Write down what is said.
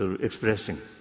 expressing